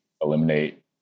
eliminate